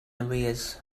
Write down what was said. arrears